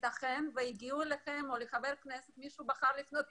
ייתכן והגיעו אליכם או לחבר כנסת מסוים,